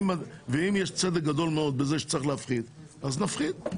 אם יש צדק גדול מאוד בזה שצריך להפחית, אז נפחית.